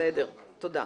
בסדר, תודה.